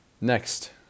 Next